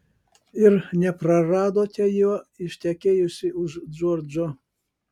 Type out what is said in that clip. ir nepraradote jo ištekėjusi už džordžo